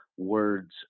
words